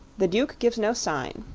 the duke gives no sign.